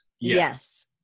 Yes